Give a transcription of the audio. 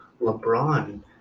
LeBron